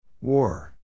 War